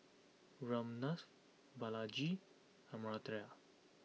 Ramnath Balaji Amartya